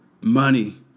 money